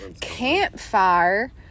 campfire